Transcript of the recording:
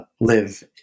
live